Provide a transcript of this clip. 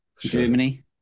Germany